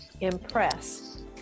impress